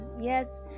yes